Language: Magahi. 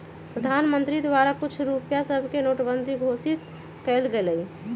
प्रधानमंत्री द्वारा कुछ रुपइया सभके नोटबन्दि घोषित कएल गेलइ